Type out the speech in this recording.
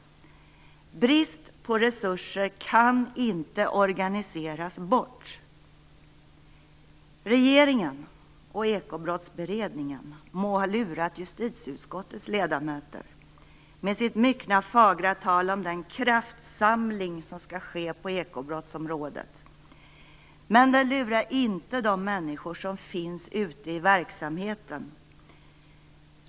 Brist på resurser kan inte organiseras bort! Regeringen och Ekobrottsberedningen må ha lurat justitieutskottets ledamöter med sitt myckna fagra tal om den kraftsamling som skall ske på ekobrottsområdet, men de lurar inte de människor som finns ute i verksamheten.